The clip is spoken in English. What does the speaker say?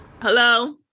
Hello